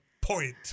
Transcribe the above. point